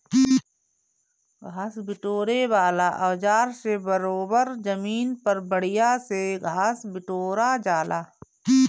घास बिटोरे वाला औज़ार से बरोबर जमीन पर बढ़िया से घास बिटोरा जाला